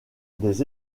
des